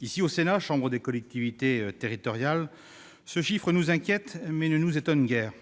Ici, au Sénat, chambre des collectivités territoriales, ce chiffre nous inquiète, mais ne nous étonne guère.